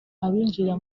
abinjira